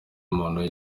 muntu